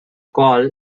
call